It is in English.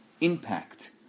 impact